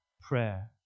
prayer